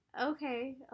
Okay